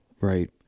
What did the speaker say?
Right